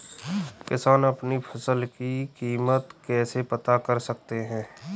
किसान अपनी फसल की कीमत कैसे पता कर सकते हैं?